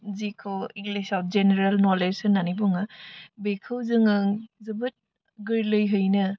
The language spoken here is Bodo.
जिखौ इंलिसआव जेनेरेल नलेज होन्नानै बुङो बेखौ जोङो जोबोद गोरलैहैनो